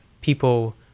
people